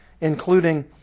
including